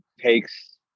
takes